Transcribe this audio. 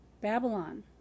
Babylon